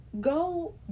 Go